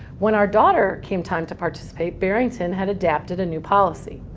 when our daughter came time to participate, barrington had adapted new policy.